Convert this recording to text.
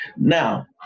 Now